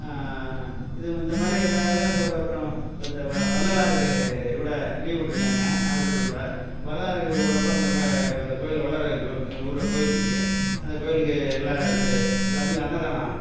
இது இந்த மாதிரி எல்லா அப்புறம் இந்த வள்ளலாருக்கு கூட லீவ் விட்ருக்காங்க அரசு விடுமுறை வள்ளலாருக்கு விடுறப்ப இவங்க எல்லாம் அந்த கோவில்ல வள்ளலாருக்கு எங்கள் ஊரில் கோயில் இருக்குது அந்த கோயிலுக்கு எல்லா இது எல்லாத்துக்கும் அன்னதானம்